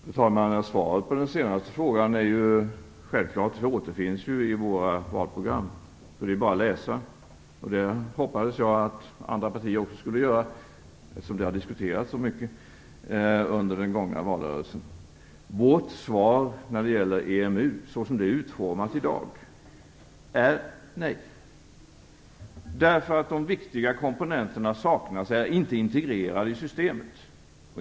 Fru talman! Svaret på den senaste frågan är självklart. Det återfinns ju i våra valprogram. Det är bara att läsa. Det hoppades jag att andra partier också skulle göra, eftersom frågan har diskuterats så mycket under den gångna valrörelsen. Vårt svar när det gäller EMU, så som det är utformat i dag, är nej. De viktiga komponenterna saknas och är inte integrerade i systemet.